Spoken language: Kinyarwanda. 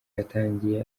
yatangiye